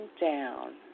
down